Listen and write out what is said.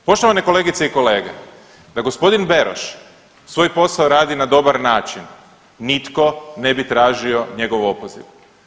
Poštovane kolegice i kolege, da gospodin Beroš svoj posao radi na dobar način nitko ne bi tražio njegov opoziv.